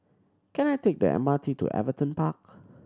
can I take the M R T to Everton Park